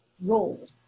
role